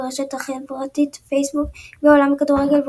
ברשת החברתית פייסבוק גביע העולם בכדורגל,